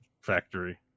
factory